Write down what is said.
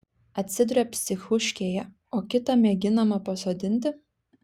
atsiduria psichuškėje o kitą mėginama pasodinti